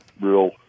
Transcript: real